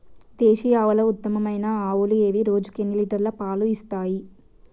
దేశీయ ఆవుల ఉత్తమమైన ఆవులు ఏవి? రోజుకు ఎన్ని లీటర్ల పాలు ఇస్తాయి?